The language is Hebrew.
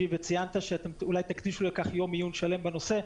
וציינת שאתם אולי תקדישו לכך יום עיון שלם בנושא.